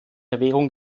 erwägung